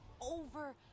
over